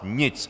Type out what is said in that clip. Nic.